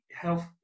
health